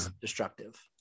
destructive